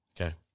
Okay